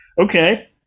okay